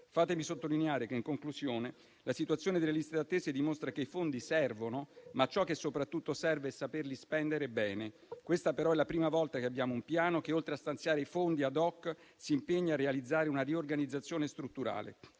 Fatemi sottolineare che, in conclusione, la situazione delle liste d'attesa dimostra che i fondi servono, ma ciò che soprattutto serve è saperli spendere bene. Questa però è la prima volta che abbiamo un piano che, oltre a stanziare fondi *ad hoc*, si impegna a realizzare una riorganizzazione strutturale.